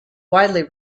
widely